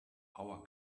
our